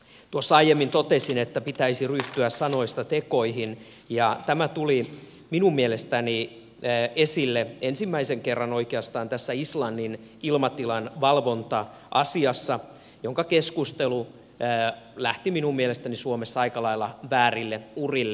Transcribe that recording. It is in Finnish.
tuossa aiemmin totesin että pitäisi ryhtyä sanoista tekoihin ja tämä tuli minun mielestäni esille ensimmäisen kerran oikeastaan tässä islannin ilmatilan valvonta asiassa josta keskustelu lähti minun mielestäni suomessa aika lailla väärille urille